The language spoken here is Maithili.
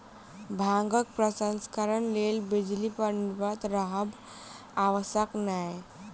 भांगक प्रसंस्करणक लेल बिजली पर निर्भर रहब आवश्यक नै